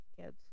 kids